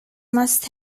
must